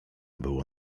było